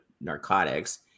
narcotics